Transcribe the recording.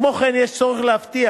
כמו כן, יש צורך להבטיח